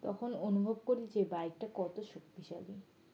তখন অনুভব করি যে বাইকটা কত শক্তিশালী